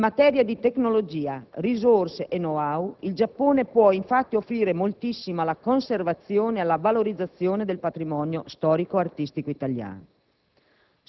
In materia di tecnologia, risorse e *know how* il Giappone può infatti offrire moltissimo alla conservazione e alla valorizzazione del patrimonio storico artistico italiano.